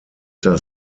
das